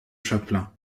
chapelain